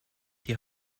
die